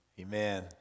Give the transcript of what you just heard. Amen